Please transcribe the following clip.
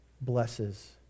blesses